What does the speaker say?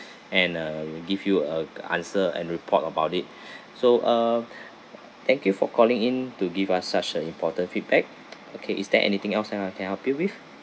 and uh give you a k~ answer and report about it so uh thank you for calling in to give us such an important feedback okay is there anything else that I can help you with